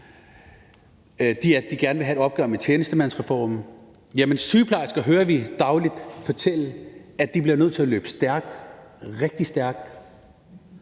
vil gerne have et opgør med tjenestemandsreformen. Sygeplejersker hører vi dagligt fortælle, at de bliver nødt til at løbe stærkt, rigtig stærkt,